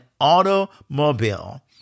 automobile